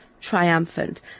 triumphant